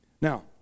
Now